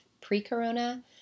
pre-corona